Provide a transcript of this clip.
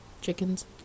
chickens